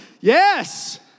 yes